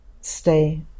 Stay